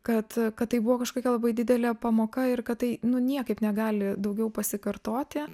kad kad tai buvo kažkokia labai didelė pamoka ir kad tai nu niekaip negali daugiau pasikartoti